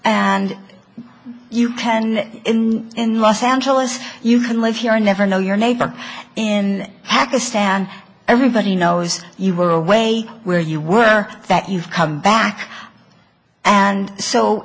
and you pen in los angeles you can live here never know your neighbor in pakistan everybody knows you were away where you were that you've come back and so